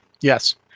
Yes